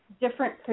different